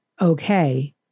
okay